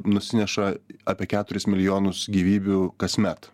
nusineša apie keturis milijonus gyvybių kasmet